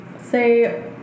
say